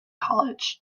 college